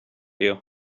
you